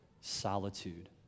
solitude